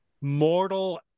mortal